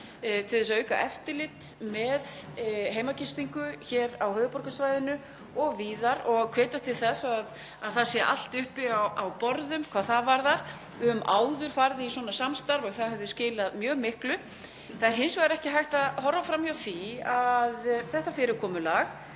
til að auka eftirlit með heimagistingu hér á höfuðborgarsvæðinu og víðar og hvetja til þess að það sé allt uppi á borðum hvað það varðar. Við höfum áður farið í svona samstarf og það hefur skilað mjög miklu. Það er hins vegar ekki hægt að horfa fram hjá því varðandi þetta fyrirkomulag